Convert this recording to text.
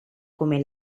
come